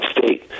State